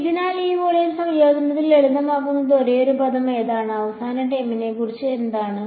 അതിനാൽ ഈ വോളിയം സംയോജനത്തിൽ ലളിതമാക്കാവുന്ന ഒരേയൊരു പദം ഏതാണ് അവസാന ടേമിനെക്കുറിച്ച് എന്താണ്